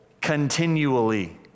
continually